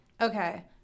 Okay